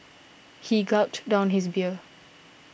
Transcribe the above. he gulped down his beer